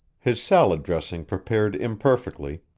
his salad dressing prepared imperfectly,